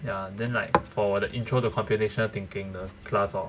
ya then like for the intro to computational thinking the class lor